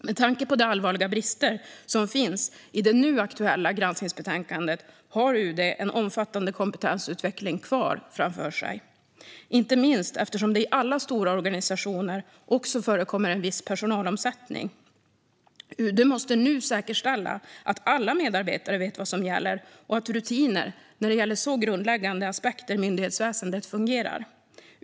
Med tanke på de allvarliga brister som påtalas i det nu aktuella granskningsbetänkandet har UD omfattande kompetensutveckling kvar framför sig, inte minst eftersom det i alla stora organisationer också förekommer en viss personalomsättning. UD måste nu säkerställa att alla medarbetare vet vad som gäller och att rutiner när det gäller sådana grundläggande aspekter i myndighetsväsendet fungerar.